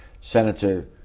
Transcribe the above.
Senator